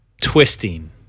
twisting